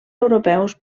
europeus